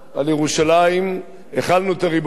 על ירושלים החלנו את הריבונות.